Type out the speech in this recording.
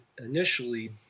initially